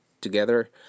together